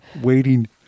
waiting